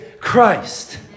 Christ